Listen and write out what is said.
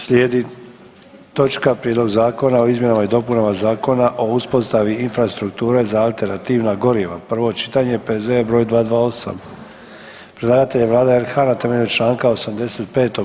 Slijedi točka: - Prijedlog zakona o izmjenama i dopunama Zakona o uspostavi infrastrukture za alternativna goriva, prvo čitanje, P.Z.E. br. 228; Predlagatelj je Vlada RH na temelju čl. 85.